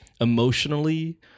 Emotionally